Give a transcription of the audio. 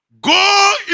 Go